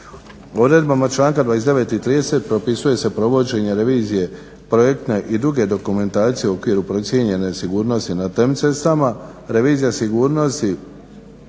Odredbama članka 29. i 30. propisuje se provođenje revizije projektne i druge dokumentacije u okviru procijenjene sigurnosti na TEM cestama,